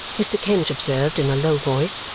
mr. kenge observed in a low voice,